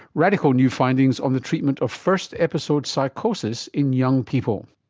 radical new findings on the treatment of first episode psychosis in young people.